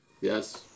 yes